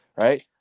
right